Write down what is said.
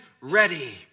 ready